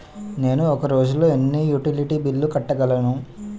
నేను ఒక రోజుల్లో ఎన్ని యుటిలిటీ బిల్లు కట్టగలను?